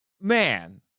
man